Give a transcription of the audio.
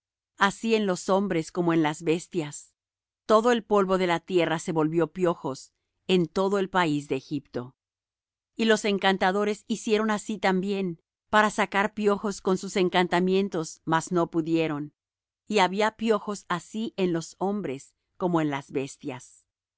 así en los hombres como en las bestias todo el polvo de la tierra se volvió piojos en todo el país de egipto y los encantadores hicieron así también para sacar piojos con sus encantamientos mas no pudieron y había piojos así en los hombres como en las bestias